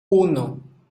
uno